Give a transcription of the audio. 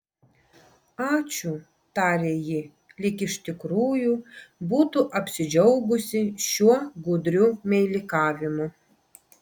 ačiū tarė ji lyg iš tikrųjų būtų apsidžiaugusi šiuo gudriu meilikavimu